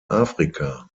afrika